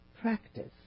practice